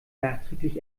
nachträglich